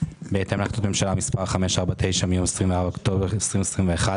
בהתאם להחלטת ממשלה מספר 549 מיום 24 באוקטובר 2021,